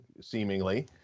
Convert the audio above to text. seemingly